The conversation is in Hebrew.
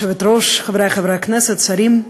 היושבת-ראש, חברי חברי הכנסת, שרים,